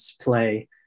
play